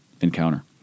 encounter